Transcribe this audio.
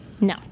No